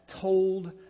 told